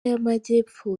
y’amajyepfo